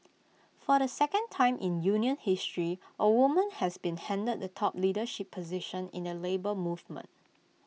for the second time in union history A woman has been handed the top leadership position in the Labour Movement